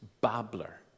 babbler